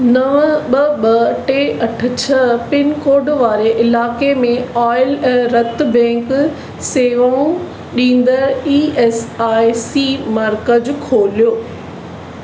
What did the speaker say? नव ॿ ॿ टे अठ छह पिनकोड वारे इलाइक़े में ऑइल ऐं रतु बैंक सेवाऊं ॾींदड़ ई एस आई सी मर्कज़ खोल्हियो